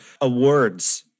Awards